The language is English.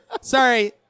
sorry